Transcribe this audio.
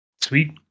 Sweet